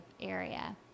area